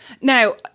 Now